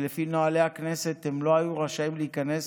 ולפי נוהלי הכנסת הם לא היו רשאים להיכנס.